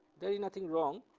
there is nothing wrong